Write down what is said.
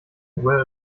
were